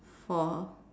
for